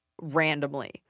randomly